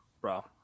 Bro